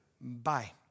Bye